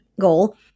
goal